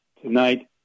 tonight